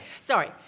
sorry